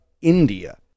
India